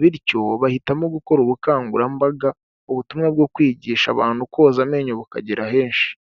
bityo bahitamo gukora ubukangurambaga. Ubutumwa bwo kwigisha abantu koza amenyo bukagera henshi.